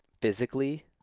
Physically